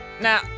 Now